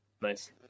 Nice